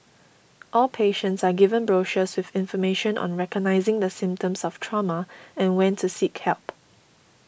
all patients are given brochures with information on recognising the symptoms of trauma and when to seek help